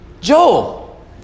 Joel